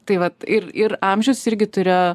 tai vat ir ir amžius irgi turi